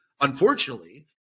unfortunately